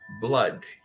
blood